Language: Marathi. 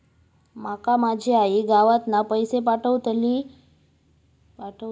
माका माझी आई गावातना पैसे पाठवतीला तर ती कशी पाठवतली?